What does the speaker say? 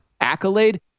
accolade